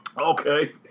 Okay